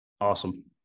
Awesome